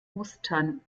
ostern